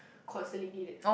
constantly need it